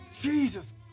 Jesus